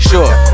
Sure